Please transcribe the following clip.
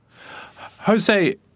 Jose